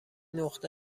نقطه